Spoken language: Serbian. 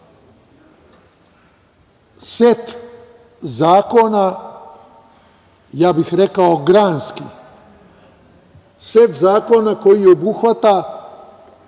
set zakona, ja bih rekao granskih, set zakona koji obuhvata